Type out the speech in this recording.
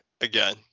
again